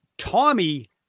Tommy